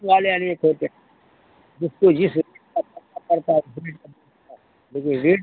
rate होते जिसको जिस रेट का सस्ता पड़ता है उस रेट का मिलता है देखिए रेट